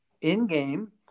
in-game